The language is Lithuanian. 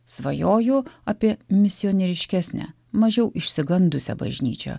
svajoju apie misionieriškesnę mažiau išsigandusią bažnyčią